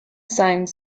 sounds